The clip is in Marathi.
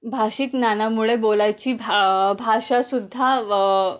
भाषिक ज्ञानामुळे बोलायची भा भाषासुद्धा